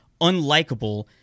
unlikable